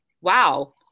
wow